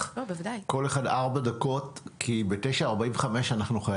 של משרד הבינוי והשיכון עבור החברות המשכנות כמו